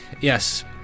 Yes